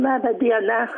laba diena